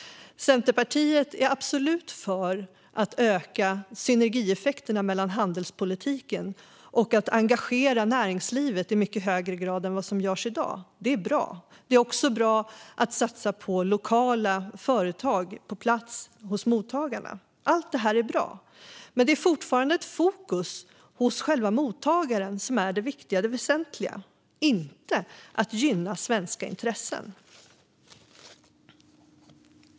Centerpartiet är absolut för att öka synergieffekterna med handelspolitiken och att engagera näringslivet i mycket högre grad än vad som görs i dag. Det är bra. Det är också bra att satsa på lokala företag på plats hos mottagarna. Allt det är bra. Men det är fortfarande ett fokus hos själva mottagaren som är det viktiga. Det är det väsentliga, inte att gynna svenska intressen.